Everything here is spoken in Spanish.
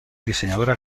diseñadora